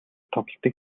тоглолтыг